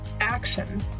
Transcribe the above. action